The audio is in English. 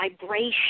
vibration